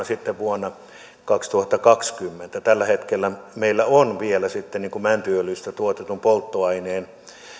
sitten vuonna kaksituhattakaksikymmentä tällä hetkellä meillä on vielä mäntyöljystä tuotetun polttoaineen